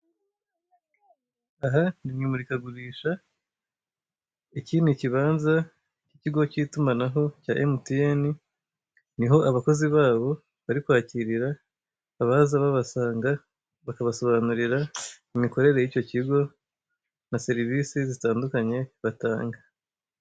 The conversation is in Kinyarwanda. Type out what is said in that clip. Aha ni mw'imurikagurisha, iki ni ikibanza cy'ikigo cy'itumanaho cya emutiyeni. Niho abakozi babo bari kwakirira abaza babasanga bakabasobanurira imikorere y'icyo kigo na serivise zitandukanye batanga